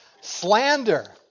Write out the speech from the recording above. slander